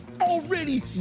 Already